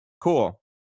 cool